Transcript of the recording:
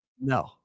No